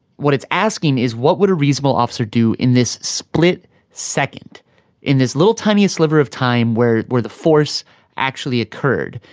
what it's asking is, what would a reasonable officer do in this split second in this little tiny sliver of time where where the force actually occurred.